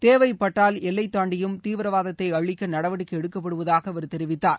தேவைப்பட்டால் எல்லை தாண்டியும் தீவிரவாதத்தை அழிக்க நடவடிக்கை எடுக்கப்படுவதாக அவர் தெரிவித்தார்